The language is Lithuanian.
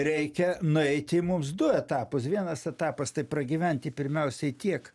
reikia nueiti mums du etapus vienas etapas tai pragyventi pirmiausiai tiek